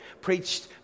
Preached